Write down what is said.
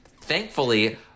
thankfully